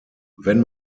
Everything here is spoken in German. wenn